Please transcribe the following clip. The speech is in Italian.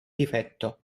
difetto